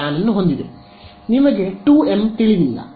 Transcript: ನಿಮಗೆ 2 ಎಂ ತಿಳಿದಿಲ್ಲ